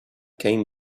came